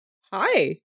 hi